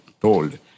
told